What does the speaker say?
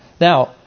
Now